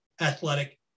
athletic